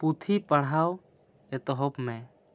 ᱯᱩᱛᱷᱤ ᱯᱟᱲᱦᱟᱣ ᱮᱛᱚᱦᱚᱵ ᱢᱮ